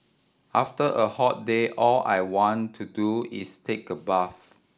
after a hot day all I want to do is take a bath